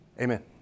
Amen